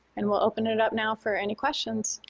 and we'll open it it up now for any questions.